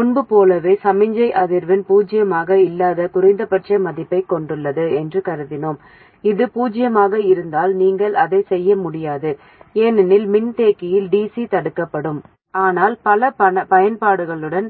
முன்பு போலவே சமிக்ஞை அதிர்வெண் பூஜ்ஜியமாக இல்லாத குறைந்தபட்ச மதிப்பைக் கொண்டுள்ளது என்று கருதினோம் அது பூஜ்ஜியமாக இருந்தால் நீங்கள் அதைச் செய்ய முடியாது ஏனெனில் மின்தேக்கியில் dc தடுக்கப்படும் ஆனால் பல பயன்பாடுகளுக்கு